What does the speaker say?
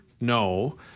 No